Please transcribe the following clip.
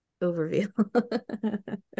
overview